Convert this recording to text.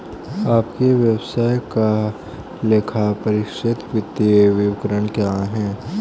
आपके व्यवसाय का लेखापरीक्षित वित्तीय विवरण कहाँ है?